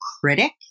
critic